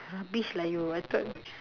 rubbish lah you I thought